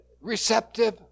receptive